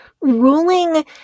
Ruling